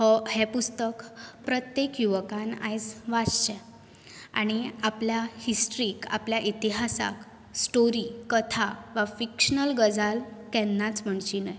हें पुस्तक प्रत्येक युवकान आयज वाचचें आनी आपल्या हिस्ट्रीक आपल्या इतिहासाक स्टोरी कथा वा फिकश्नल गजाल केन्नाच म्हणची न्हय